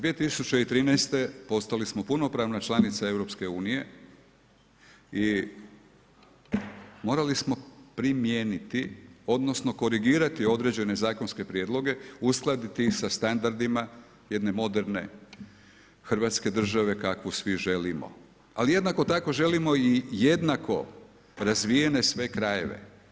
2013. postali smo punopravna članica EU i morali smo primijeniti, odnosno korigirati određene zakonske prijedloge, uskladiti ih sa standardima jedne moderne Hrvatske države kakvu svi želimo, ali jednako tako želimo i jednako razvijene sve krajeve.